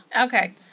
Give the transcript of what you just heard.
Okay